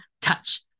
touch